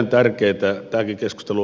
erittäin tärkeätä